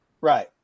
Right